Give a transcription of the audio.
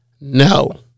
No